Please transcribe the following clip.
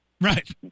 Right